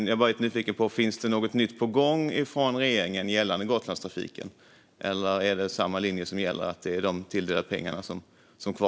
Jag är nyfiken på om det finns något nytt på gång från regeringen gällande Gotlandstrafiken eller om det är samma linje som gäller. Kvarstår de tilldelade pengarna?